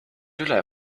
üle